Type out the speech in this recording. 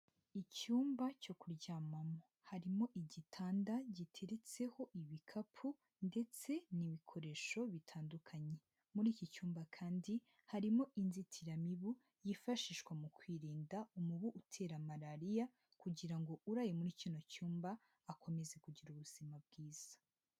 Icyumba cyo kuryamamo harimo igitanda giteretseho ibikapu ndetse n'ibikoresho bitandukanye, muri iki cyumba kandi harimo inzitiramibu yifashishwa mu kwirinda umubu utera Malariya kugira ngo uraye muri kino cyumba akomeze kugira ubuzima bwiza.